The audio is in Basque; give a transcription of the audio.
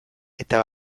eta